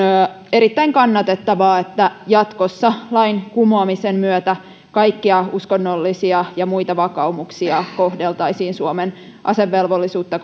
erittäin kannatettavaa että jatkossa lain kumoamisen myötä kaikkia uskonnollisia ja muita vakaumuksia kohdeltaisiin suomen asevelvollisuutta